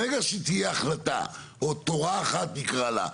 ברגע שתהיה החלטה או תורה אחת נקרא לה,